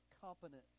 competent